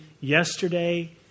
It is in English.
yesterday